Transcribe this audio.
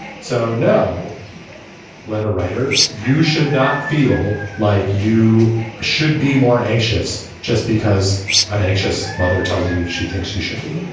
so no letter writer. you should not feel like you ah should be more anxious just because an anxious mother tells you she thinks she should be.